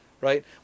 right